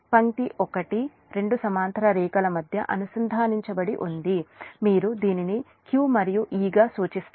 పంక్తి 1 రెండు సమాంతర రేఖల మధ్య అనుసంధానించబడి ఉంది మరియు దీనిని q మరియు e గా సూచిస్తారు